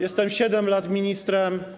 Jestem 7 lat ministrem.